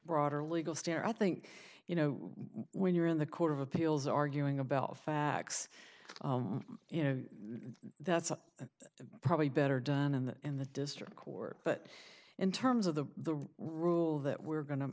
broader legal stare i think you know when you're in the court of appeals arguing about facts you know that's probably better done in the in the district court but in terms of the rule that we're going to